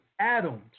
atoms